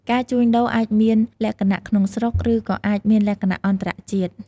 ការជួញដូរអាចមានលក្ខណៈ ក្នុងស្រុក ឬក៏អាចមានលក្ខណៈ អន្តរជាតិ។